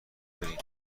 بریم